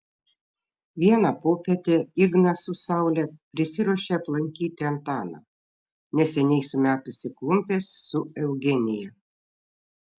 vieną popietę ignas su saule prisiruošė aplankyti antaną neseniai sumetusį klumpes su eugenija